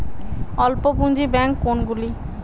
অল্প পুঁজি ব্যাঙ্ক কোনগুলি?